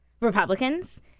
Republicans